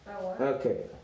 Okay